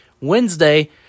Wednesday